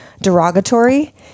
derogatory